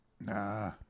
Nah